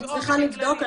אני צריכה לבדוק,